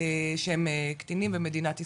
שהם קטינים במדינת ישראל,